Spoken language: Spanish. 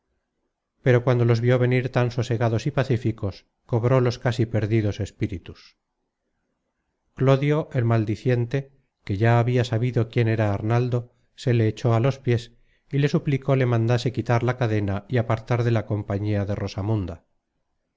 pero cuando los vió venir tan sosegados y pacíficos cobró los casi perdidos espíritus clodio el maldiciente que ya habia sabido quién era arnaldo se le echó á los piés y le suplicó le mandase quitar la cadena y apartar de la compañía de